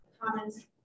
comments